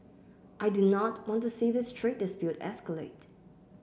I do not want to see this trade dispute escalate